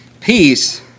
peace